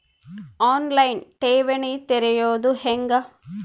On line ಠೇವಣಿ ತೆರೆಯೋದು ಹೆಂಗ?